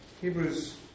Hebrews